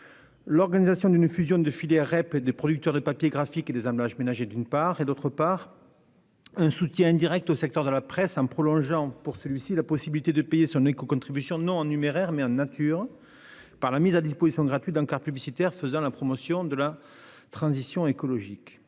l'organisation de la fusion des filières REP papier, comprenant les producteurs de papier graphique, et REP emballages ménagers, d'autre part, un soutien indirect au secteur de la presse en prolongeant pour celui-ci la possibilité de payer son écocontribution non en numéraire, mais en nature, par la mise à disposition gratuite d'encarts publicitaires faisant la promotion de la transition écologique.